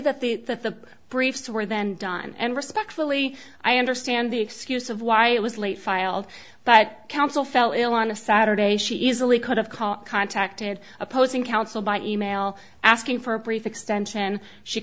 that the that the briefs were then done and respectfully i understand the excuse of why it was late filed but counsel fell ill on a saturday she easily could have caught contacted opposing counsel by email asking for a brief extension she